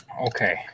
okay